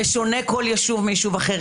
ושונה כל יישוב מיישוב אחר,